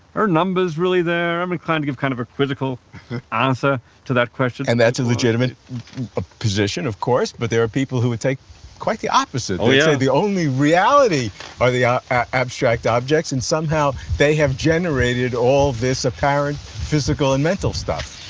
are numbers really there? i'm inclined to give kind of a quizzical answer to that question. and that's a legitimate ah position, of course, but there are people who would take quite the opposite and yeah say the only reality are the ah abstract objects, and somehow they have generated all this apparent physical and mental stuff.